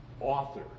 author